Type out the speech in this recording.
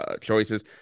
choices